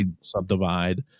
subdivide